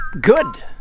good